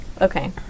Okay